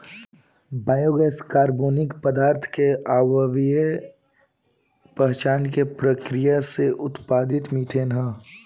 biogas कार्बनिक पदार्थ के अवायवीय पाचन के प्रक्रिया से उत्पादित मिथेन ह